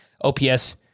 OPS